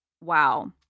wow